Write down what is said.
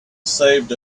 saved